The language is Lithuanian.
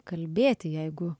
kalbėti jeigu